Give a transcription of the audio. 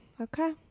Okay